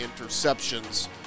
interceptions